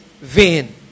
vain